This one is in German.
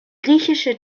griechische